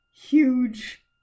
huge